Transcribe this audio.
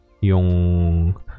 yung